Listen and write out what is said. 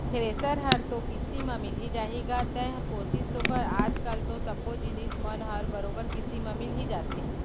thresher हर तो किस्ती म मिल जाही गा तैंहर कोसिस तो कर आज कल तो सब्बो जिनिस मन ह बरोबर किस्ती म मिल ही जाथे